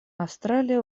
австралия